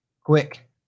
quick